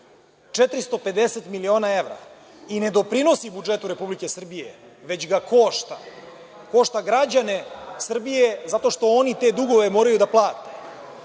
450 miliona evra i ne doprinosi budžetu Republike Srbije, već ga košta i košta građane Srbije zato što oni te dugove moraju da plate.